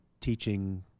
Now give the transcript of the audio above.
teaching